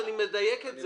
אני מדייק את זה.